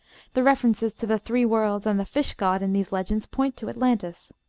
the references to the three worlds and the fish-god in these legends point to atlantis.